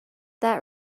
that